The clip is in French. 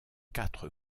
quatre